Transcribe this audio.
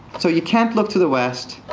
so you can't look to the west.